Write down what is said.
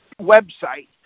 website